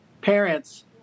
parents